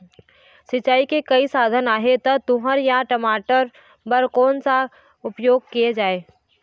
सिचाई के कई साधन आहे ता तुंहर या टमाटर बार कोन सा के उपयोग किए जाए?